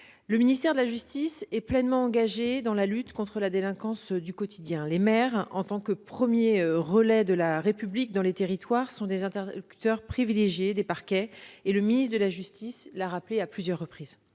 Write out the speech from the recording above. le ministère de la justice est pleinement engagé dans la lutte contre la délinquance du quotidien. Les maires, en tant que premiers relais de la République dans les territoires, sont des interlocuteurs privilégiés des parquets, le ministre de la justice l'a rappelé à plusieurs reprises.